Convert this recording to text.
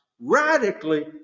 radically